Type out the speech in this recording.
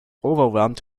overwhelmed